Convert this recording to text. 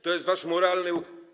To jest wasz moralny.